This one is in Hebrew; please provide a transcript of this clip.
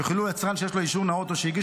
יוכלו יצרן שיש לו אישור נאות או שהגיש